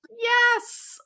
yes